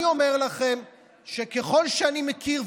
אני אומר לכם שככל שאני מכיר,